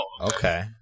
okay